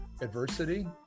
adversity